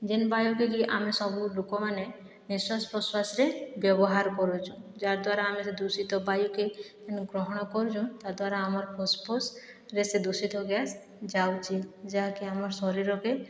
ଯେନ୍ ବାୟୁକେ କି ଆମେ ସବୁ ଲୋକମାନେ ନିଶ୍ଵାସ ପ୍ରଶ୍ଵାସରେ ବ୍ୟବହାର କରୁଛନ୍ ଯାର୍ ଦ୍ୱାରା ଆମେ ସେ ଦୂଷିତ ବାୟୁକେ ଏନୁ ଗ୍ରହଣ କରୁଛନ୍ ତାଦ୍ୱାରା ଆମର ଫୁସ୍ଫୁସ୍ ବେଶୀ ଦୂଷିତ ଗ୍ୟାସ ଯାଉଛେ ଯାହାକି ଆମର୍ ଶରୀରକେ